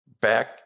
Back